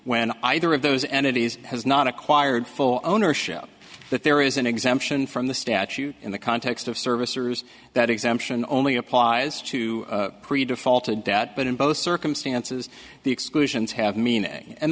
when either if those entities has not acquired full ownership that there is an exemption from the statute in the context of servicers that exemption only applies to create a fault of debt but in both circumstances the exclusions have meaning and